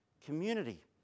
community